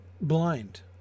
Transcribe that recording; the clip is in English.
blind